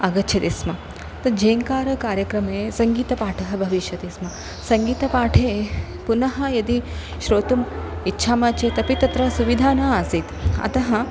आगच्छति स्म तत् झेङ्कार कार्यक्रमे सङ्गीतपाठः भविष्यति स्म सङ्गीतपाठे पुनः यदि श्रोतुम् इच्छामः चेत् अपि तत्र सुविधा न आसीत् अतः